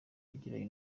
yagiranye